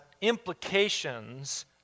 implications